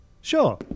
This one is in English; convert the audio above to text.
Sure